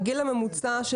הגיל הממוצע של